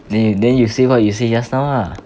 then you then you say what you say just now ah